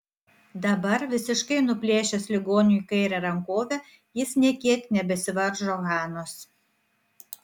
dabar visiškai nuplėšęs ligoniui kairę rankovę jis nė kiek nebesivaržo hanos